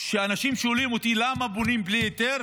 כשאנשים שואלים אותי: למה בונים בלי היתר?